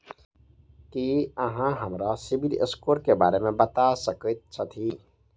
की अहाँ हमरा सिबिल स्कोर क बारे मे बता सकइत छथि?